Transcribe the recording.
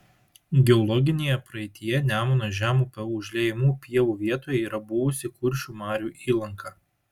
geologinėje praeityje nemuno žemupio užliejamų pievų vietoje yra buvusi kuršių marių įlanka